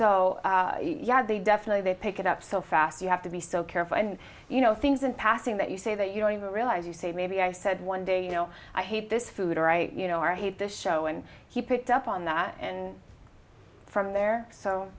o yeah they definitely they pick it up so fast you have to be so careful and you know things in passing that you say that you don't even realize you say maybe i said one day you know i hate this food or i you know i hate this show and he picked up on that and from there so